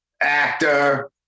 actor